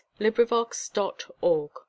LibriVox.org